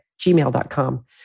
gmail.com